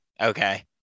Okay